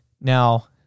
now